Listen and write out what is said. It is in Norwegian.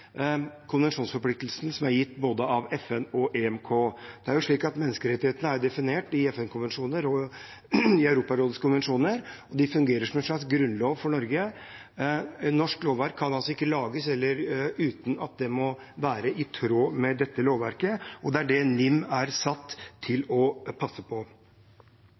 som er gitt av både FN og EMK, Den europeiske menneskerettskonvensjon. Menneskerettighetene er definert i FN-konvensjoner og i Europarådets konvensjoner. De fungerer som en slags grunnlov for Norge. Norsk lovverk kan altså ikke lages uten at det er i tråd med dette lovverket. Det er dette NIM er satt til å passe på.